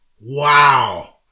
Wow